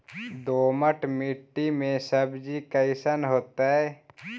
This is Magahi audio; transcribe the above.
दोमट मट्टी में सब्जी कैसन होतै?